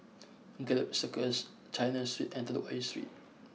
Gallop Circus China Street and Telok Ayer Street